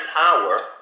power